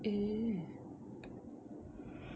mm